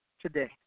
today